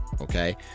okay